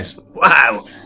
Wow